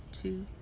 two